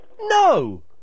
No